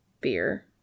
beer